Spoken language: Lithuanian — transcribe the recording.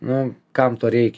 nu kam to reikia